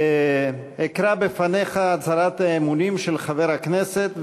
אקרא בפניך את הצהרת האמונים של חבר הכנסת,